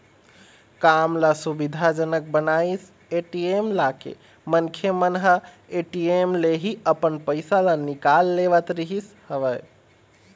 काम ल सुबिधा जनक बनाइस ए.टी.एम लाके मनखे मन ह ए.टी.एम ले ही अपन पइसा ल निकाल लेवत रिहिस हवय